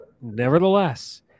Nevertheless